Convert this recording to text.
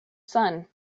sun